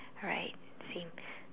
alright same